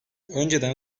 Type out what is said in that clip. önceden